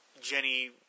Jenny